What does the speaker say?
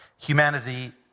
humanity